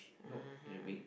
(uh huh)